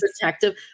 protective